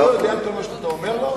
הוא לא יודע כל מה שאתה אומר לו?